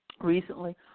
Recently